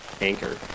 anchor